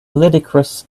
ludicrous